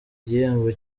igihembo